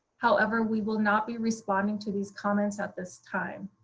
however, we will not be responding to these comments at this time.